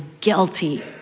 guilty